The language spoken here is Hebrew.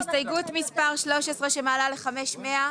הסתייגות מספר 13 שמעלה ל-5,100.